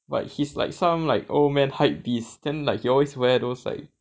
but he's like some like old man hypebeast and like he always wear those like